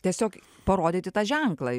tiesiog parodyti tą ženklą